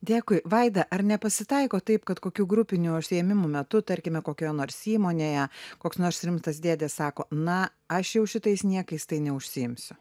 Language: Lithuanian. dėkui vaida ar nepasitaiko taip kad kokių grupinių užsiėmimų metu tarkime kokioje nors įmonėje koks nors rimtas dėdė sako na aš jau šitais niekais tai neužsiimsiu